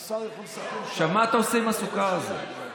מה אתה עושה עם הסוכר הזה?